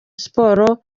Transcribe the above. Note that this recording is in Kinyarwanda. siporo